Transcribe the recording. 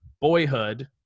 Boyhood